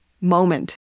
moment